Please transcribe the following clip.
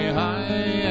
high